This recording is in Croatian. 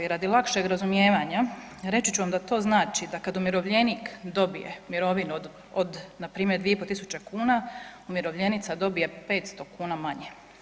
I radi lakšeg razumijevanja reći ću vam da to znači da kad umirovljenik dobije mirovinu od, od npr. 2.500 kuna, umirovljenica dobije 500 kuna manje.